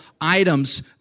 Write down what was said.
items